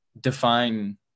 define